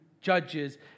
judges